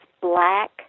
black